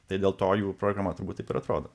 tai dėl to jų programa turbūt taip ir atrodo